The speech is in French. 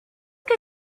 que